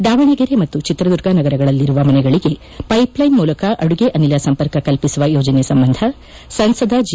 ದಾವಣಗೆರೆ ಮತ್ತು ಚಿತ್ರದುರ್ಗ ನಗರಗಳಲ್ಲಿರುವ ಮನೆಗಳಿಗೆ ಪೈಪ್ಲೈನ್ ಮೂಲಕ ಅಡುಗೆ ಅನಿಲ ಸಂಪರ್ಕ ಕಲ್ಪಿಸುವ ಯೋಜನೆ ಸಂಬಂಧ ಸಂಸದ ಜಿ